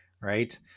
right